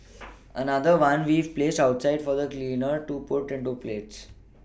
another one we've placed outside for the cleaner to put into plates